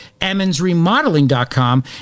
EmmonsRemodeling.com